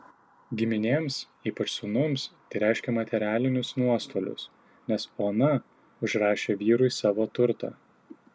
giminėms ypač sūnums tai reiškė materialinius nuostolius nes ona užrašė vyrui savo turto